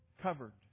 covered